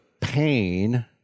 pain